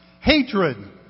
Hatred